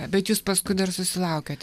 bet jūs paskui dar susilaukėt